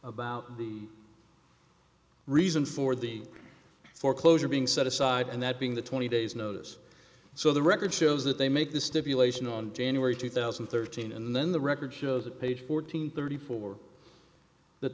about the reason for the foreclosure being set aside and that being the twenty days notice so the record shows that they make the stipulation on january two thousand and thirteen and then the record shows that page fourteen thirty four that